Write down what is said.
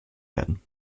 werden